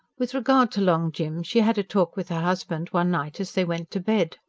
with regard to long jim, she had a talk with her husband one night as they went to bed.